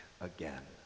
again